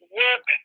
work